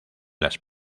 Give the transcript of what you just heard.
las